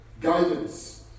guidance